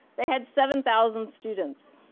they had seven thousand students.